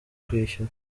kwishyura